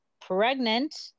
pregnant